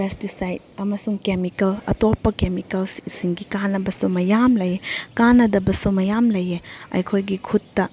pesticide ꯑꯃꯁꯨꯡ chemical ꯑꯇꯣꯞꯄ ꯀꯦꯃꯤꯀꯦꯜꯁꯤꯡꯒꯤ ꯀꯥꯟꯅꯕꯁꯨ ꯃꯌꯥꯝ ꯂꯩ ꯀꯥꯟꯅꯗꯕꯁꯨ ꯃꯌꯥꯝ ꯂꯩꯌꯦ ꯑꯩꯈꯣꯏꯒꯤ ꯈꯨꯠꯇ